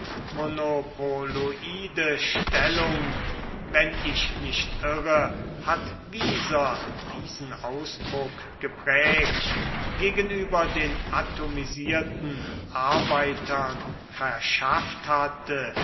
stellung wenn ich nicht irre hat wieser diesen ausdruck geprägt gegenüber den atomisierten arbeitern verschaft hatte